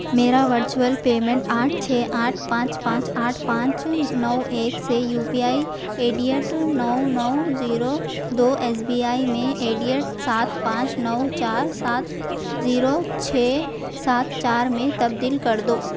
میرا virtual payment آٹھ چھ آٹھ پانچ پانچ آٹھ پانچ نو ایک سے یو پی آئی ایڈیئٹ نو نو زیرو دو ایس بی آئی میں ایڈیئٹ سات پانچ نو چار سات زیرو چھ سات چار میں تبدیل کر دو